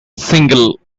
single